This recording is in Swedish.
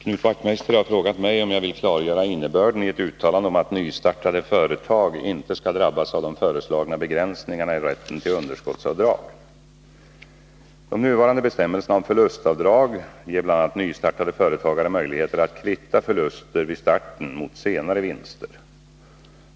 Herr talman! Knut Wachtmeister har frågat mig om jag vill klargöra innebörden i ett uttalande om att nystartade företag inte skall drabbas av de föreslagna begränsningarna i rätten till underskottsavdrag. De nuvarande bestämmelserna om förlustavdrag ger bl.a. personer med nystartade företag möjligheter att kvitta förluster vid starten mot senare vinster.